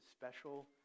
special